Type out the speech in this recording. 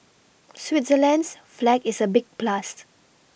Switzerland's flag is a big plus